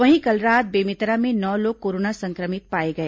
वहीं कल रात बेमेतरा में नौ लोग कोरोना संक्रमित पाए गए